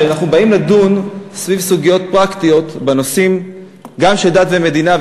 כשאנחנו באים לדון סביב סוגיות פרקטיות בנושאים גם של דת ומדינה,